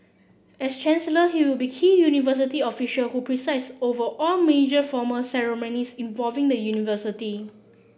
as Chancellor he will be key university official who presides over all major formal ceremonies involving the university